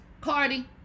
Cardi